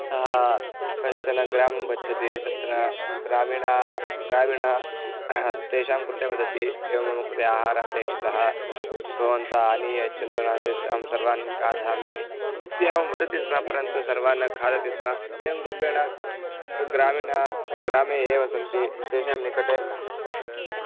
सः कश्चन ग्रामं गच्छति तत्र ग्रामीणाः ग्रामीणः तेषां कृते वदति एवं मम कृते आहारः अपेक्षितः भवन्तः आनीय यच्छन्तु नास्ति चेत् अहं सर्वान् खादामि इत्येवं वदति स्म परन्तु सर्वान् न खादति स्म एवं रूपेण ग्रामीणः ग्रामे ये वसन्ति तेषां निकटे